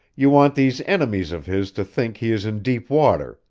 you want these enemies of his to think he is in deep water,